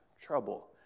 trouble